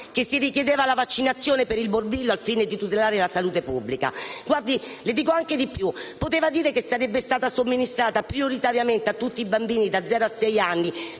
che si richiedeva la vaccinazione per il morbillo al fine di tutelare la salute pubblica. Le dico di più: poteva dire che sarebbe stata somministrata prioritariamente a tutti i bambini, da zero a